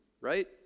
right